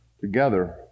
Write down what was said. together